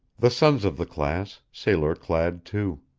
the sons of the class, sailor-clad too